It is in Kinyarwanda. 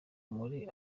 muri